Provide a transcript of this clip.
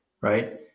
right